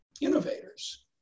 innovators